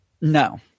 No